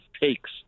takes